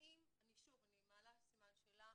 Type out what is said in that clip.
אני מעלה סימן שאלה,